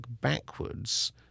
backwards